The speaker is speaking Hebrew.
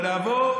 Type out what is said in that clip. ונעבור,